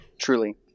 Truly